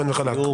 חד וחלק,